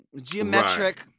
geometric